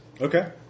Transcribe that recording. Okay